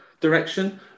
direction